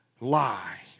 lie